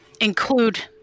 include